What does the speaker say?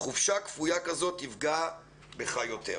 חופשה כפויה כזאת תפגע בך יותר.